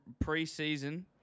pre-season